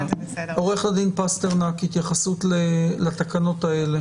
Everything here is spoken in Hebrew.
עורך הדין פסטרנק, התייחסות לתקנות האלה